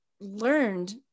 learned